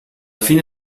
fine